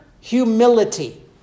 humility